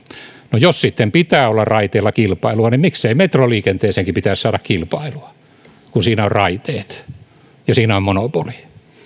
no jos sitten pitää olla raiteilla kilpailua niin miksei metroliikenteeseenkin pitäisi saada kilpailua kun siinä on raiteet ja siinä on monopoli